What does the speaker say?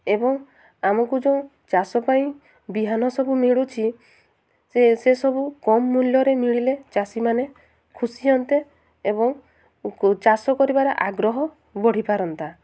ଏବଂ ଆମକୁ ଯେଉଁ ଚାଷ ପାଇଁ ବିହନ ସବୁ ମିଳୁଛି ସେ ସେସବୁ କମ୍ ମୂଲ୍ୟରେ ମିଳିଲେ ଚାଷୀମାନେ ଖୁସି ହନ୍ତେ ଏବଂ ଚାଷ କରିବାରେ ଆଗ୍ରହ ବଢ଼ିପାରନ୍ତା